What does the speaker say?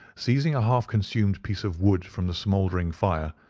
seizing a half-consumed piece of wood from the smouldering fire,